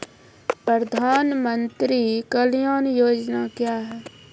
प्रधानमंत्री कल्याण योजना क्या हैं?